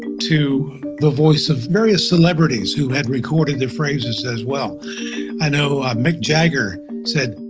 to the voice of various celebrities who had recorded the phrases as well i know mick jagger said.